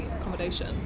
accommodation